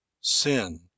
sin